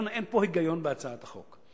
אין פה היגיון בהצעת החוק.